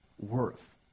Worth